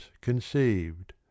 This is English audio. conceived